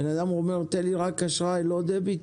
אדם אומר: תן לי רק אשראי ולא דביט?